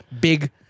big